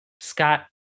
scott